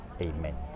Amen